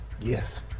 Yes